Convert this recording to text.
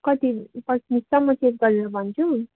कति कति छ म चेक गरेर भन्छु